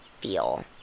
feel